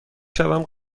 شوم